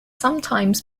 sometimes